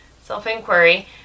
self-inquiry